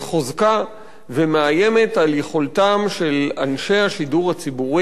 בחוזקה ומאיימת על יכולתם של אנשי השידור הציבורי,